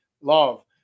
love